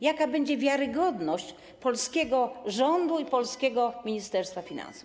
Jaka będzie wiarygodność polskiego rządu i polskiego Ministerstwa Finansów?